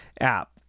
app